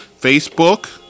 Facebook